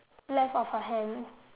left of her hand